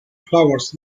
flowers